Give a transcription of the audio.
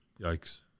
Yikes